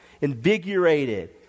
invigorated